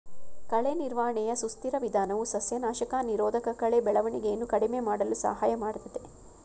ಕಳೆ ನಿರ್ವಹಣೆಯ ಸುಸ್ಥಿರ ವಿಧಾನವು ಸಸ್ಯನಾಶಕ ನಿರೋಧಕಕಳೆ ಬೆಳವಣಿಗೆಯನ್ನು ಕಡಿಮೆ ಮಾಡಲು ಸಹಾಯ ಮಾಡ್ತದೆ